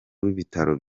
w’ibitaro